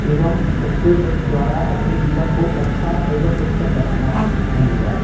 एवम उसके द्वारा अपने जीवन को अच्छा एवम उत्तम बनाना धन्यवाद